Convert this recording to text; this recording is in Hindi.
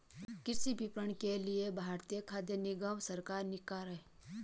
कृषि विपणन के लिए भारतीय खाद्य निगम सरकारी निकाय है